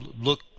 look